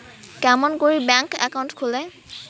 কেমন করি bank account খুলে?